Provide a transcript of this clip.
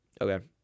Okay